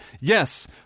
yes